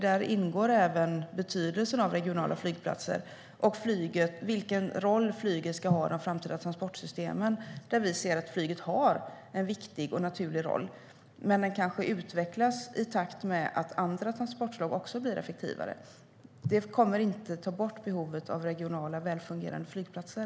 Där ingår även betydelsen av regionala flygplatser och vilken roll flyget ska ha i de framtida transportsystemen. Vi anser att flyget har en viktig och naturlig roll, men den utvecklas i takt med att andra transportslag också blir effektivare. Det kommer inte att ta bort behovet av regionala välfungerande flygplatser.